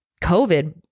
COVID